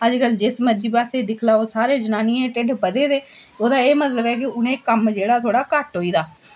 अज्जकल जिस मर्जी पास्सै दिक्खी लैओ सारी जनानियें दे ढिड्ड बधे दे ओह्दा मतलब एह् ऐ कि उ'नेंगी कम्म जेह्ड़ा थोह्ड़ा घट्ट होई गेदा